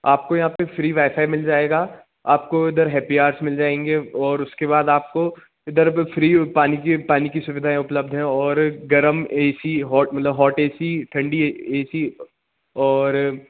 आपको यहाँ पर फ़्री वायफाय मिल जाएगा आपको इधर हैप्पी आर्स मिल जाएंगे और उसके बाद आपको इधर पर फ़्री पानी की पानी की सुविधाऍं उपलब्ध हैं और गर्म ए सी हॉट मतलब हॉट ए सी ठंडी ए सी और